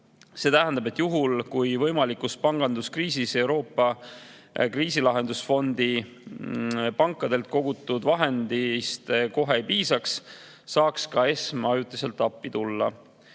See tähendab, et juhul, kui võimalikus panganduskriisis Euroopa kriisilahendusfondi pankadelt kogutud vahenditest kohe ei piisaks, saaks ka ESM ajutiselt appi tulla.